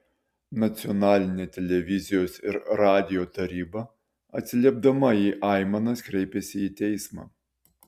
nacionalinė televizijos ir radijo taryba atsiliepdama į aimanas kreipėsi į teismą